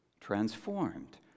transformed